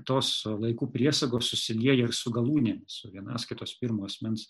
tos laikų priesagos susilieja ir su galūnėmis su vienaskaitos pirmo asmens